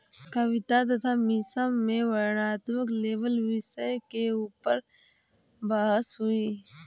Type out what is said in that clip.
कविता तथा मीसा में वर्णनात्मक लेबल विषय के ऊपर बहस हुई